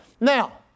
Now